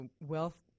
wealth